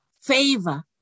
favor